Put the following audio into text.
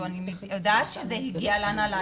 אני יודעת שזה הגיע להנהלה,